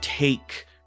Take